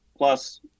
Plus